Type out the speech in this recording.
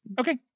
Okay